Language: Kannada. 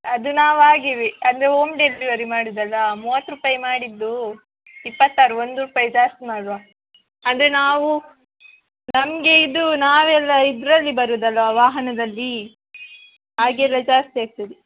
ಅದು ನಾವು ಹಾಗೆ ಅಂದರೆ ಓಮ್ ಡೆಲಿವರಿ ಮಾಡೋದಲ್ಲ ಮೂವತ್ತು ರುಪಾಯಿ ಮಾಡಿದ್ದೂ ಇಪ್ಪತ್ತಾರು ಒಂದು ರುಪಾಯಿ ಜಾಸ್ತಿ ಮಾಡುವ ಅಂದರೆ ನಾವು ನಮಗೆ ಇದು ನಾವೆಲ್ಲ ಇದರಲ್ಲಿ ಬರೋದಲ್ವಾ ವಾಹನದಲ್ಲಿ ಆಗೆಲ್ಲ ಜಾಸ್ತಿಯಾಗ್ತದೆ